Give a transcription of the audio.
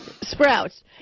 Sprouts